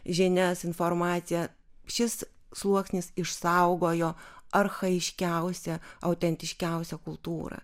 žinias informaciją šis sluoksnis išsaugojo archajiškiausią autentiškiausią kultūrą